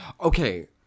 okay